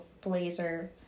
blazer